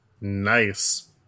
Nice